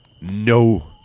No